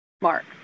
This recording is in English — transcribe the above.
mark